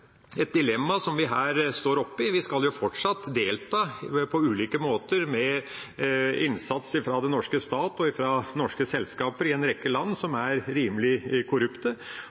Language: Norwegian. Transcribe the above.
et dilemma som vi her står oppe i. Vi skal jo fortsatt delta på ulike måter med innsats fra den norske stat og fra norske selskaper i en rekke land som er rimelig korrupte,